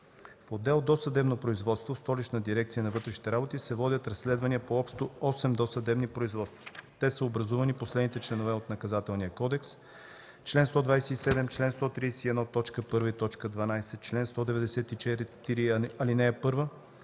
В отдел „Досъдебно производство” в Столична дирекция на вътрешните работи се водят разследвания по общо 8 досъдебни производства. Те са образувани по следните членове от Наказателния кодекс: чл. 127, чл. 131, т. 1 и т.